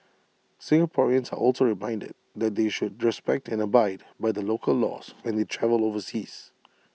Singaporeans are also reminded that they should respect and abide by the local laws when they travel overseas